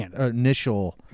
initial